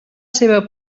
seva